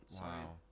wow